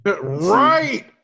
Right